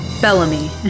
Bellamy